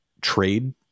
trade